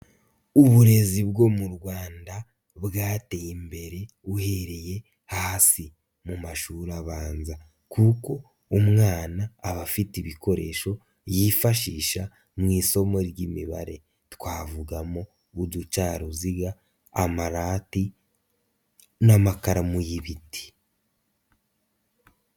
Uburezi bwo mu Rwanda bwateye imbere uhereye hasi mu mashuri abanza kuko umwana aba afite ibikoresho yifashisha mu isomo ry'imibare twavugamo nk'uducaruziga, amarati n'amakaramu y'ibiti.